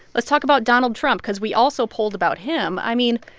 let's talk about donald trump because we also polled about him. i mean,